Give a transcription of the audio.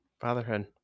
Fatherhood